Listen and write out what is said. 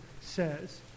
says